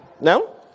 No